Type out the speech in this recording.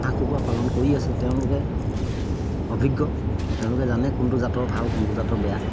হাঁহ কুকুৰা পালন কৰি আছে তেওঁলোকে অভিজ্ঞ তেওঁলোকে জানে কোনটো জাতৰ ভাল কোনটো জাতৰ বেয়া